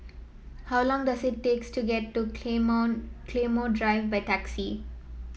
how long does it takes to get to Claymore Claymore Drive by taxi